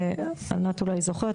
ענת אולי זוכרת,